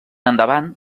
endavant